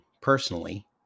personally